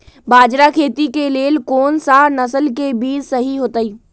बाजरा खेती के लेल कोन सा नसल के बीज सही होतइ?